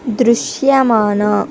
దృశ్యమాన